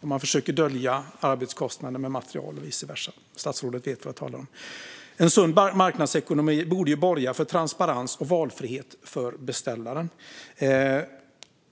Man försöker dölja arbetskostnader med material och vice versa. Statsrådet vet vad jag talar om. En sund marknadsekonomi borde ju borga för transparens och valfrihet för beställaren.